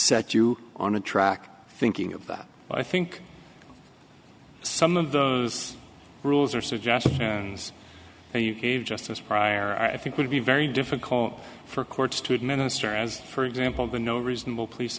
set you on a track thinking of that i think some of those rules are suggestions for you cave justice prior i think would be very difficult for courts to administer as for example the no reasonable police